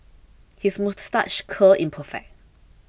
his moustache curl is perfect